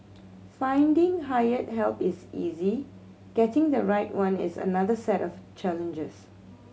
finding hired help is easy getting the right one is another set of challenges